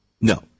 No